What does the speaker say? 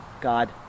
God